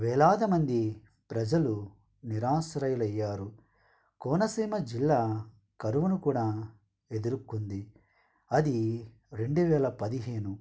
వేలాది మంది ప్రజలు నిరాశ్రయులయ్యారు కోనసీమ జిల్లా కరువును కూడా ఎదురుకుంది అది రెండు వేల పదిహేను